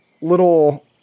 little